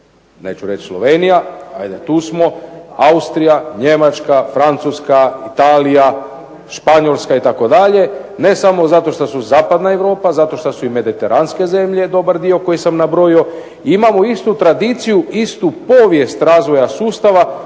Neću reći Slovenija, ajde tu smo, Austrija, Njemačka, Francuska, Italija, Španjolska itd., ne samo zato što su zapadna Europa, zato što su i mediteranske zemlje je dobar dio koji sam nabrojio i imamo istu tradiciju i istu povijest razvoja sustava